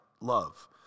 love